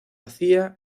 hacía